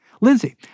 Lindsey